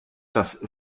das